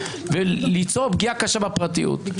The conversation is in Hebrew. וליצור פגיעה קשה בפרטיות.